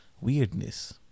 weirdness